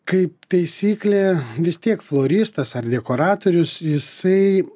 kaip taisyklė vis tiek floristas ar dekoratorius jisai